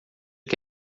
que